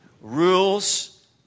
rules